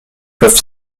fleuve